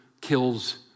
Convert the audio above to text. kills